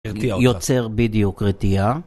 יוצר בדיוק, רטייה